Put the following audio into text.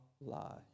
lie